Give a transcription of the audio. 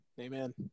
Amen